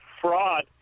fraud